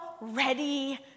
ready